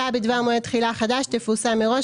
הודעה בדבר מועד התחילה החדש תפורסם מראש